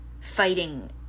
fighting